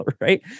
right